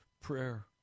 prayer